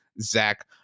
Zach